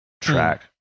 track